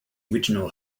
original